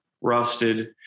Rusted